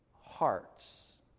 hearts